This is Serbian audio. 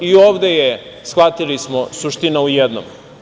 I ovde je, shvatili smo, suština u jednom.